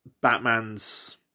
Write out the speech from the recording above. Batman's